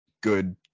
good